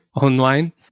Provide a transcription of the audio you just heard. online